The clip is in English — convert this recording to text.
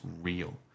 real